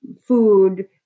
food